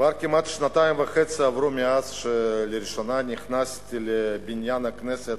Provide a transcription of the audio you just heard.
כבר כמעט שנתיים וחצי עברו מאז שנכנסתי לראשונה לבניין הכנסת,